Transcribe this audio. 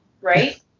right